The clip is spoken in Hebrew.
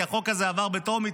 כי החוק הזה הרי עבר בטרומית.